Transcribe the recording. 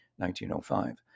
1905